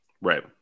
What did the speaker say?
right